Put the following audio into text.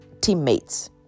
teammates